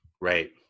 right